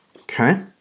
Okay